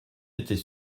étais